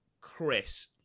Chris